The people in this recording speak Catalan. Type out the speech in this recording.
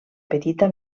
petita